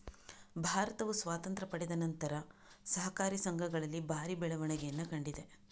ಭಾರತವು ಸ್ವಾತಂತ್ರ್ಯ ಪಡೆದ ನಂತರ ಸಹಕಾರಿ ಸಂಘಗಳಲ್ಲಿ ಭಾರಿ ಬೆಳವಣಿಗೆಯನ್ನ ಕಂಡಿದೆ